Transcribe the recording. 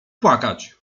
płakać